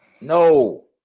No